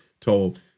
told